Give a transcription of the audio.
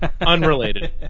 Unrelated